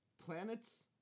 Planets